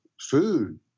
food